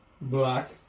Black